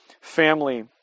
family